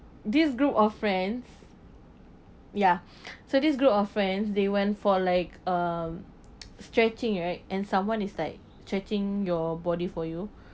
this group of friends ya so this group of friends they went for like uh stretching right and someone is like stretching your body for you